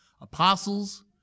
Apostles